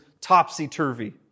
topsy-turvy